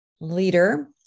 leader